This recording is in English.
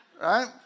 right